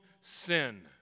sin